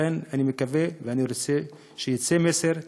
לכן, אני מקווה ואני רוצה שיצא מסר,